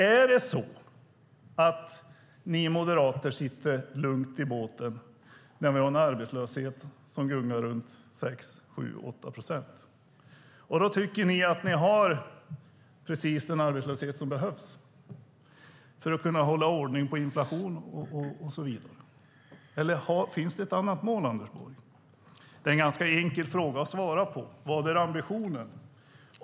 Är det så att ni moderater sitter lugnt i båten när vi har en arbetslöshet som gungar runt 6-8 procent? Då tycker ni att ni har precis den arbetslöshet som behövs för att kunna hålla ordning på inflationen och så vidare. Eller finns det ett annat mål, Anders Borg? Det är en ganska enkel fråga att svara på. Vilken är ambitionen?